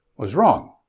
was wrong.